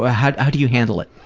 ah how do you handle it?